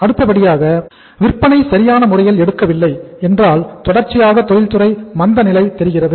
அடுத்தபடியாக விற்பனை சரியான முறையில் எடுக்கவில்லை என்றால்தொடர்ச்சியாக தொழில்துறை மந்த நிலை தெரிகிறது